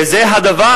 וזה הדבר,